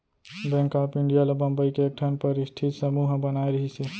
bank of India ल बंबई के एकठन परस्ठित समूह ह बनाए रिहिस हे